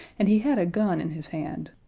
and he had a gun in his hand.